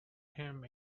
him